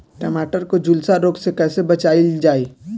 टमाटर को जुलसा रोग से कैसे बचाइल जाइ?